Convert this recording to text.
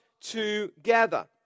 together